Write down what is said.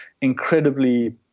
incredibly